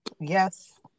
yes